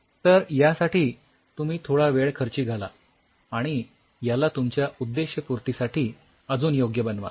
तर यासाठी तुम्ही थोडा वेळ खर्ची घाला आणि याला तुमच्या उद्देशपूर्तीसाठी अजून योग्य बनवा